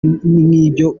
nk’ibyo